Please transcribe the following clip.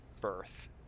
birth